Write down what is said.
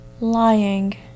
lying